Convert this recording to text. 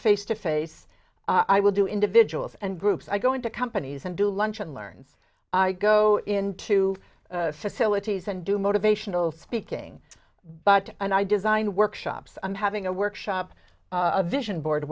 face to face i will do individuals and groups i go into companies and do lunch and learns i go into facilities and do motivational speaking but and i design workshops on having a workshop a vision board